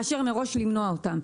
מאשר מראש למנוע אותם.